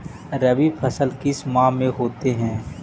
रवि फसल किस माह में होते हैं?